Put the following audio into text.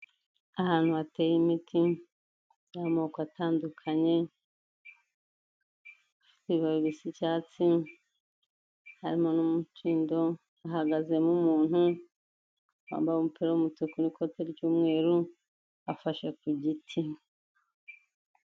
Ahantu hateye imiti y'amoko atandukanye, ibibabi bisa icyatsi, harimo n'umukindo, hahagazemo umuntu, wambaye umupira w'umutuku n'ikote ry'umweru, afashe ku giti.